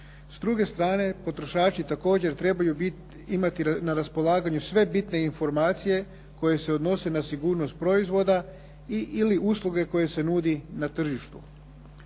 S druge strane, potrošači također trebaju imati na raspolaganju sve bitne informacije koje se odnose na sigurnost proizvoda ili usluge koje se nude na tržištu.